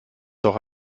doch